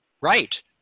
right